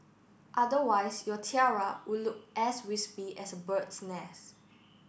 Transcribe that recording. otherwise your tiara will look as wispy as a bird's nest